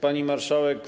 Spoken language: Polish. Pani Marszałek!